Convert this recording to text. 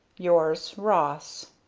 yours, ross.